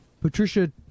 Patricia